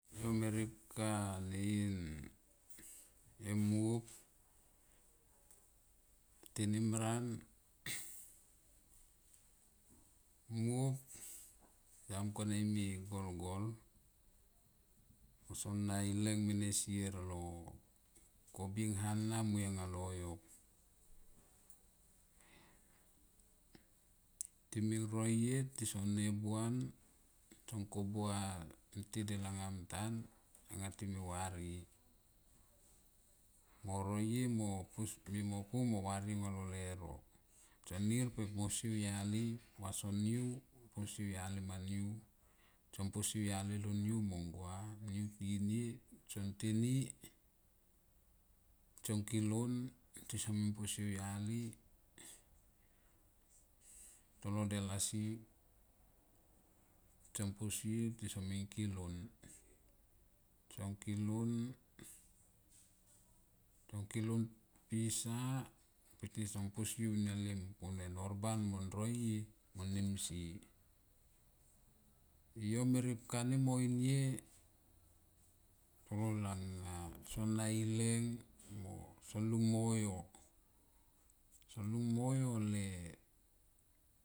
Yo me ripka ne in ei muop tenimran, uop samung kone ime yo golgol ko son na i leng mene sier lo kobiengha na mui anga loyok. I leng mene sier lo kobiengha na mui anga loyok. Time roie tison nebuan tson ko bua nte del anga mtan time varie mo roie mo pus mi mo pu mo varie anga lo leuro. Tson nir pe posie u yali vaso niu posie au yali ma niu son posie au yali mo niu mong gua. Niu tinite tson teni tson kilonn tisonin posie au yali. Tolo del asi tson pasie tison min kilon, tson kilom som kilons pisa pe tis son posie au niaulima long vanem narbang mon roie mon nimsie yo me ripkani mo inie toro langa son na ileng mo son lung mo yo son lung mo yo.